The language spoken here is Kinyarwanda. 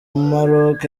maroc